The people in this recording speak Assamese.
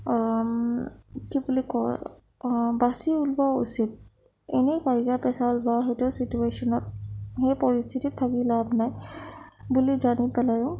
কি বুলি কয় বাছি উলিওৱা উচিত এনেই কাজিয়া পেচাল বা সেইটো চিটুৱেশ্যনত সেই পৰিস্থিতিত থাকি লাভ নাই বুলি জানি পেলাইও